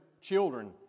children